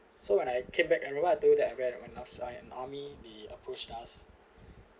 so when I came back I remember I told that when I was I in army the approached us